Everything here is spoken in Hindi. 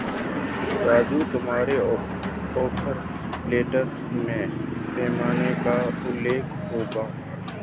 राजू तुम्हारे ऑफर लेटर में पैरोल का उल्लेख होगा